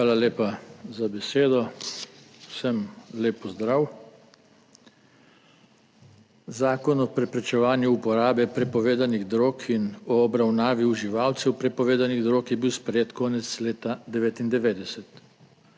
Hvala lepa za besedo. Vsem lep pozdrav! Zakon o preprečevanju uporabe prepovedanih drog in o obravnavi uživalcev prepovedanih drog je bil sprejet konec leta 1999.